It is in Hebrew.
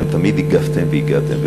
אתם הגבתם והגעתם.